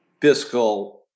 fiscal